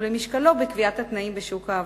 ולמשקלו בקביעת התנאים בשוק העבודה.